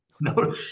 no